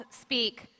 speak